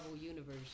universe